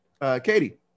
Katie